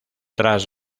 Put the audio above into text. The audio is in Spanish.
tras